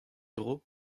dro